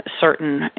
certain